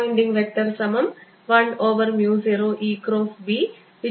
Poynting vector 10EB10nE0B0k